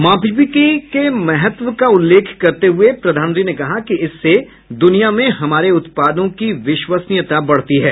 मापिकी के महत्व का उल्लेख करते हुए प्रधानमंत्री ने कहा कि इससे दुनिया में हमारे उत्पादों की विश्वसनीयता बढ़ती है